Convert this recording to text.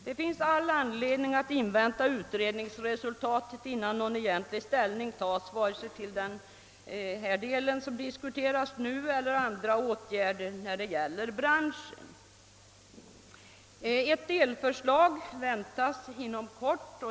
Det finns anledning att invänta utredningsresultatet, innan ställning tas till vare sig det förslag som här diskuteras eller andra åtgärder när det gäller branschen. Ett delförslag väntas inom kort.